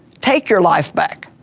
take your life back,